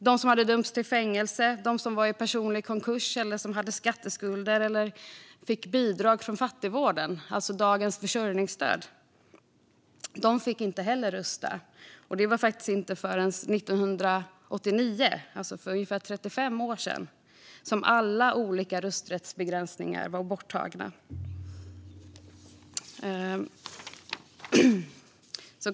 De som hade dömts till fängelse, de som var i personlig konkurs eller hade skatteskulder och de som fick bidrag från fattigvården - alltså dagens försörjningsstöd - fick inte rösta. Det var faktiskt först 1989, alltså för ungefär 35 år sedan, som alla olika rösträttsbegränsningar var borttagna.